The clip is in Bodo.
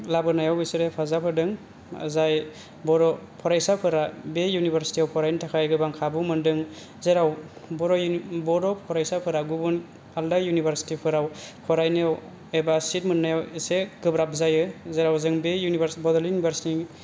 लाबोनायाव बिसोरो हेफाजाब होदों जाय बर' फरायसाफोरा बे इउनिभारसिटियाव फरायनो थाखाय गोबां खाबु मोनदों जेराव बर' बर' फरायसाफोरा गुबुन आलदा इउनिभारसिटिफोराव फरायनो एबा चिट मोन्नायाव इसे गोब्राब जायो जेराव जों बे इउनिभारसिटि बड'लेण्ड इउनिभारसिटिनि